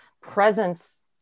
presence